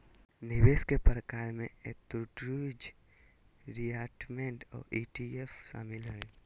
निवेश के प्रकार में एन्नुटीज, रिटायरमेंट और ई.टी.एफ शामिल हय